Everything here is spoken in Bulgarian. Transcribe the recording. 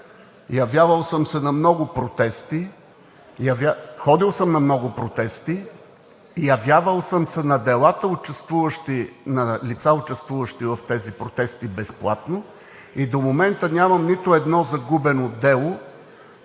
Явявал съм се на много протести, ходил съм на много протести, явявал съм се на делата на лица, участващи в тези протести – безплатно. До момента нямам нито едно загубено дело